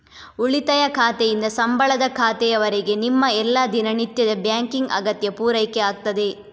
ಉಳಿತಾಯ ಖಾತೆಯಿಂದ ಸಂಬಳದ ಖಾತೆಯವರೆಗೆ ನಿಮ್ಮ ಎಲ್ಲಾ ದಿನನಿತ್ಯದ ಬ್ಯಾಂಕಿಂಗ್ ಅಗತ್ಯ ಪೂರೈಕೆ ಆಗ್ತದೆ